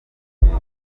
mubiri